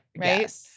Right